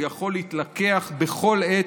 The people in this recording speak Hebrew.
הוא יכול להתלקח בכל עת,